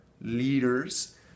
leaders